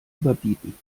überbieten